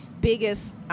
biggest